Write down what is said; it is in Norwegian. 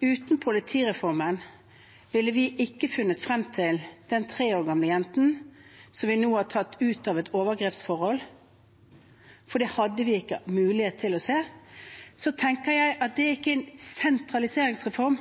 uten politireformen ville de ikke funnet frem til den tre år gamle jenten som de nå har tatt ut av et overgrepsforhold – for det hadde de ikke mulighet til å se – handler ikke det om en sentraliseringsreform.